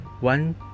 one